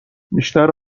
بیشتر